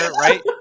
right